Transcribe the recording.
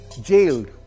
jailed